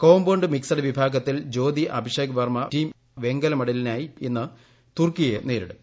compound mixed വിഭാഗത്തിൽ ജ്യോതി അഭിഷേക് വർമ്മ വെങ്കലമെഡലിനായി team ഇന്ന് തുർക്കിയെ നേരിടും